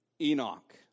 Enoch